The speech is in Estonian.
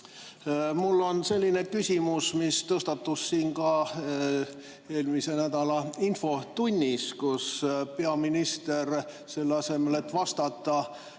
Mul on selline küsimus, mis tõstatus ka eelmise nädala infotunnis, kus peaminister, selle asemel et vastata